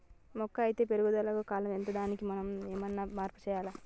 మొక్క అత్తే పెరుగుదల కాలం ఎంత దానిలో మనం ఏమన్నా మార్పు చేయచ్చా?